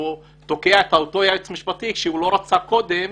אתה תוקע את אותו יועץ משפטי, כשלא רצו את הקודם,